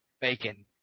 bacon